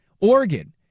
Oregon